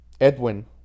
Edwin